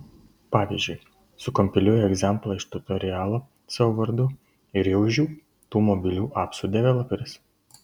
pavyzdžiui sukompiliuoji egzamplą iš tutorialo savo vardu ir jau žiū tu mobilių apsų developeris